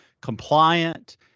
compliant